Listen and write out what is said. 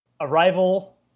Arrival